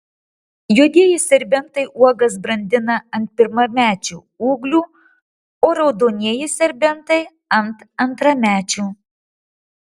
juodieji serbentai uogas brandina ant pirmamečių ūglių o raudonieji serbentai ant antramečių